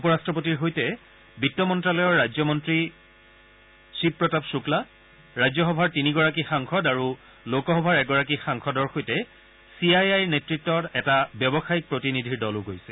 উপ ৰট্টপতিৰ সৈতে বিত্ত মন্তালয়ৰ ৰাজ্য মন্ত্ৰী শ্ৰী শিৱ প্ৰতাপ শুক্লা ৰাজ্য সভাৰ তিনিগৰাকী সাংসদ আৰু লোকসভাৰ এগৰাকী সাংসদৰ সৈতে চি আই আইৰ নেতৃতৰ এটা ব্যৱসায়িক প্ৰতিনিধিৰ দলো গৈছে